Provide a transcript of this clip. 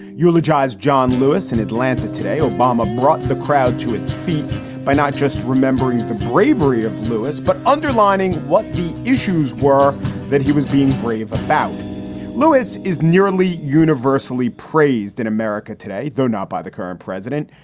eulogized john lewis in atlanta today obama brought the crowd to its feet by not just remembering the bravery of lewis, but underlining what the issues were that he was being brave about lewis is nearly universally praised in america today, though not by the current president.